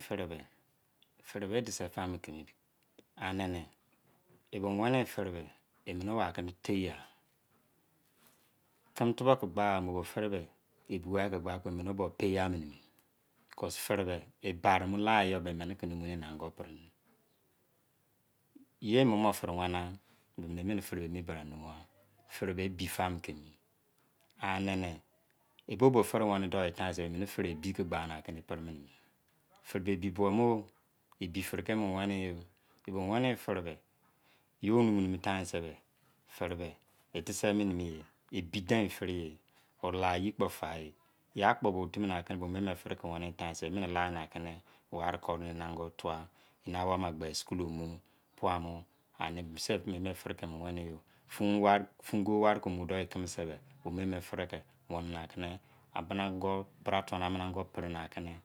Fai ba di sei fa-anene me-mene fene beh, me ne keme ta-ya, ke me tu bu ke gba mo me fere beh bushe ke gba kpo eme ne bu keme pere, because fere beh bari yo mene ke muma mene mi, yeri mumo fere-wene ai mene fere mi bra mumu wa, fere ebi fa men ke emi, a nene ebobo fere wene doh times mene fere bi gba keme pere-mene, ebo wene fere beh yon mi times beh fere beh edi se mene mi ye, ebi denine fere ota-ye kpo fa-eh ye ak po-bo timi mene fere ke we ne times ya ware kuse, eni ango fua eni awon gbe school mu me misi fere ke wene fum-wene thime sei beh, bone goi bra ka tua were mi, pere ke na,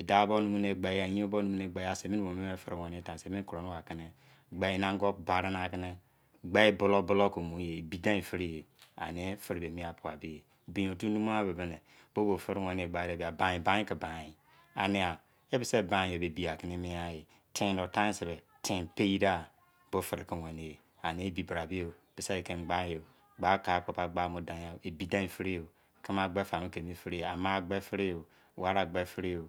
edun bo wun gbe mene fere wene time mene bote be ango gbe emi ango bani gbe bu lu buh tce mu, ebidein fere ebi ofu mumu wa bobo fere wene baine ke tai bawne eniya ye bo sai tei pei deh, ebi bra mi, mise-bera tee gbami gba ma dain ya tame gbe ta tce-mi.,